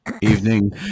evening